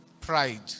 pride